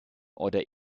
oder